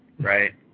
Right